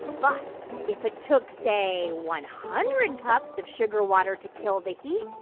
but if it took, say, one hundred cups of sugar water to kill the heat,